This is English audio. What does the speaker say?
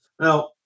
Now